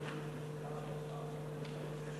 עכשיו יתלונן שהערבים, הרוב הוא